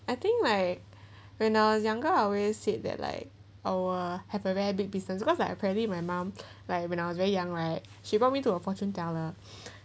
I think like when I was younger I always said that like I will have a very big business cause like apparently my mum like when I was very young right she brought me to a fortune teller